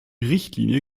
richtlinie